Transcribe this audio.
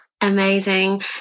Amazing